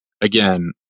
again